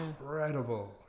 incredible